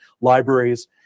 libraries